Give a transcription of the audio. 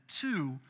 two